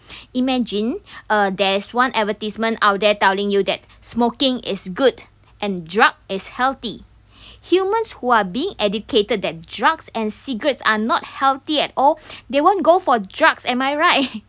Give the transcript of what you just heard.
imagine uh there's one advertisement out there telling you that smoking is good and drug is healthy humans who are being educated that drugs and cigarettes are not healthy at all they won't go for drugs am I right